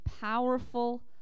powerful